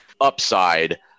upside